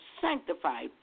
sanctified